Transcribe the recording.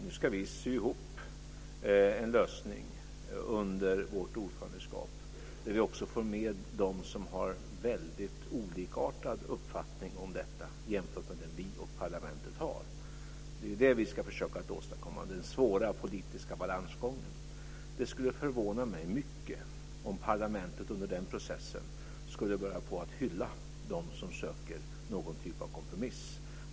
Nu ska vi sy ihop en lösning under vårt ordförandeskap där vi också får med dem som har väldigt olikartad uppfattning om detta jämfört med den vi och parlamentet har. Det är den svåra politiska balansgången vi ska försöka att åstadkomma. Det skulle förvåna mig mycket om parlamentet under den processen skulle börja hylla dem som söker någon typ av kompromiss.